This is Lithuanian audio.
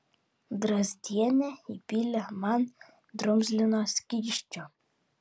drazdienė įpylė man drumzlino skysčio